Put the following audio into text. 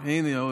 הינה הוא,